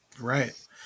right